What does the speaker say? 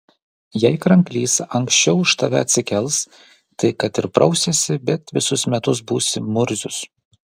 jei kranklys anksčiau už tave atsikels tai kad ir prausiesi bet visus metus būsi murzius